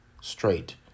straight